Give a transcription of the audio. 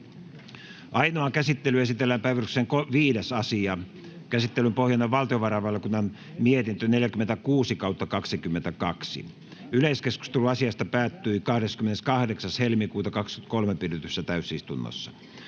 Ainoaan käsittelyyn esitellään päiväjärjestyksen 5. asia. Käsittelyn pohjana on valtiovarainvaliokunnan mietintö VaVM 46/2022 vp. Yleiskeskustelu asiasta päättyi 28.2.2023 pidetyssä täysistunnossa.